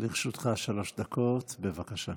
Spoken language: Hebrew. עטאונה, לרשותך שלוש דקות, בבקשה.